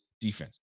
defense